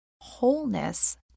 wholeness